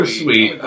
sweet